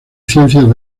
ciencias